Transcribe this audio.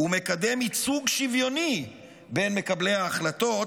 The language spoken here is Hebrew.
ומקדם ייצוג שוויוני בין מקבלי ההחלטות,